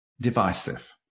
divisive